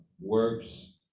works